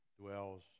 dwells